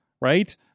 Right